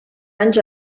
anys